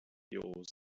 yours